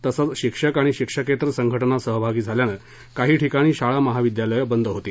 तसंच शिक्षक आणि शिक्षकेतर संघटना सहभागी झाल्यानं काही ठिकाणी शाळा महाविद्यालयं बंद होती